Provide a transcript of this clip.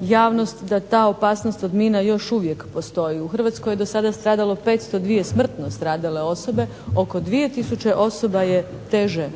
javnost da ta opasnost od mina još uvijek postoji. U Hrvatskoj je do sada stradalo 502 smrtno stradale osobe, oko 2 tisuće osoba je teže